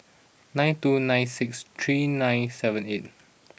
nine two nine six three nine seven eight